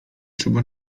trzeba